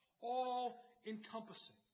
all-encompassing